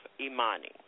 imani